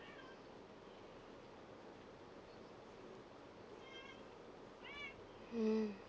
mm